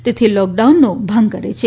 તેથી લોકડાઉનનો ભંગ કરે છે